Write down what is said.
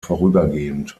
vorübergehend